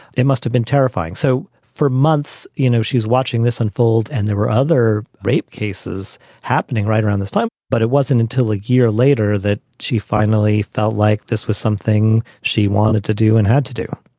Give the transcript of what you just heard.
it must have been terrifying. so for months, you know, she's watching this unfold. and there were other rape cases happening right around this time. but it wasn't until a year later that she finally felt like this was something she wanted to do and had to do